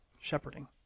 shepherding